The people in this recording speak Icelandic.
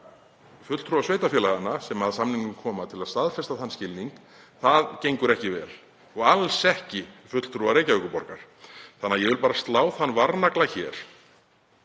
fulltrúa sveitarfélaganna sem að samningnum koma til að staðfesta þann skilning gengur ekki vel, og alls ekki fulltrúa Reykjavíkurborgar. Þannig að ég vil bara slá þann varnagla hér